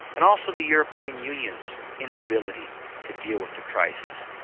and also the european union's inability to deal with the crisis.